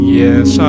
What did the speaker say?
yes